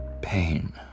pain